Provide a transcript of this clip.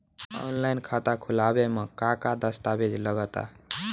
Offline खाता खुलावे म का का दस्तावेज लगा ता?